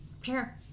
Sure